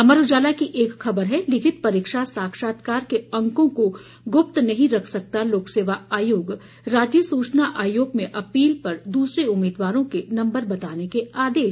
अमर उजाला की एक खबर है लिखित परीक्षा साक्षात्कार के अंकों को गुप्त नहीं रख सकता लोक सेवा आयोग राज्य सूचना आयोग में अपील पर दूसरे उम्मीदवारों के नंबर बताने के आदेश